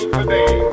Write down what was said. today